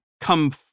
come